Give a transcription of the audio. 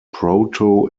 proto